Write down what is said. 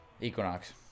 Equinox